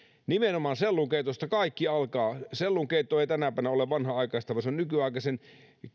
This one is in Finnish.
nimenomaan sellunkeitosta kaikki alkaa sellunkeitto ei tänäpänä ole vanhanaikaista vaan se on nykyaikaisen